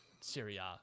Syria